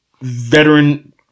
veteran